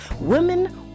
Women